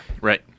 Right